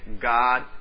God